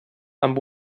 amb